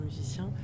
musicien